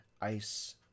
ice